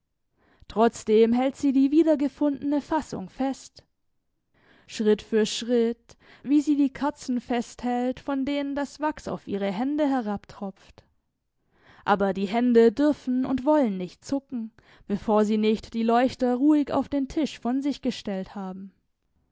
trotzdem hält sie die wiedergefundene fassung fest schritt für schritt wie sie die kerzen fest hält von denen das wachs auf ihre hände herabtropft aber die hände dürfen und wollen nicht zucken bevor sie nicht die leuchter ruhig auf den tisch von sich gestellt haben